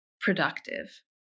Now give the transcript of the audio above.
productive